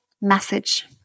message